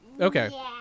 Okay